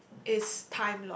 is time lost